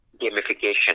gamification